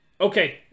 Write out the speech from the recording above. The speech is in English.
Okay